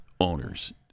owners